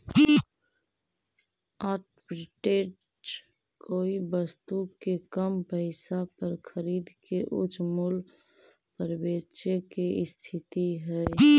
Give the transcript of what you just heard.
arbitrage कोई वस्तु के कम पईसा पर खरीद के उच्च मूल्य पर बेचे के स्थिति हई